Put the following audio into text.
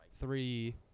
three